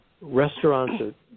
restaurants